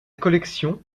collection